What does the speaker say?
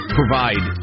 provide